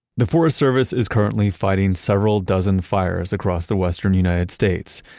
the forest service is currently fighting several dozen fires across the western united states.